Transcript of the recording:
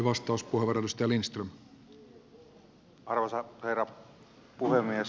arvoisa herra puhemies